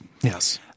Yes